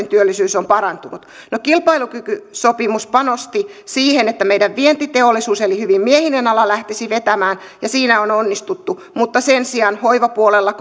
työllisyys on parantunut no kilpailukykysopimus panosti siihen että meidän vientiteollisuutemme eli hyvin miehinen ala lähtisi vetämään ja siinä on onnistuttu mutta sen sijaan hoivapuolella